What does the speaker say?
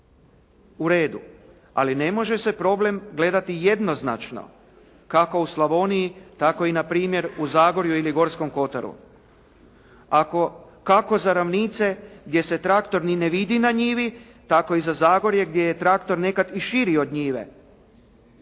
U redu, ali ne može se problem gledati jednoznačno kako u Slavoniji tako na primjer u Zagorju ili Gorskom kotaru, kako za ravnice gdje se traktor ni ne vidi na njivi tako i za Zagorje gdje je traktor nekad i širi od njive.